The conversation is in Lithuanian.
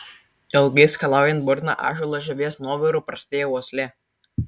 ilgai skalaujant burną ąžuolo žievės nuoviru prastėja uoslė